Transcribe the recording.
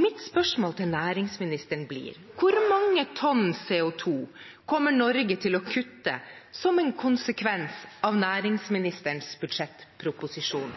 Mitt spørsmål til næringsministeren blir: Hvor mange tonn CO2 kommer Norge til å kutte som en konsekvens av næringsministerens budsjettproposisjon?